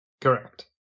Correct